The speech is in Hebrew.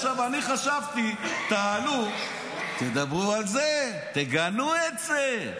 עכשיו, אני חשבתי, תעלו, תדברו על זה, תגנו את זה,